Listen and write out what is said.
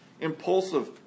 impulsive